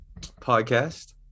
podcast